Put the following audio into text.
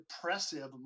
depressive